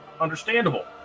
Understandable